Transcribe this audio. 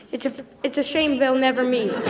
it's ah it's a shame they'll never meet